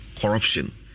corruption